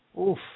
Oof